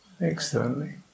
externally